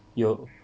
有